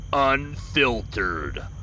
Unfiltered